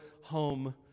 home